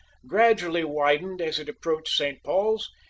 gradually widened as it approached st. paul's,